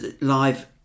live